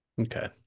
okay